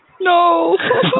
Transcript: No